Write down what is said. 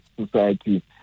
society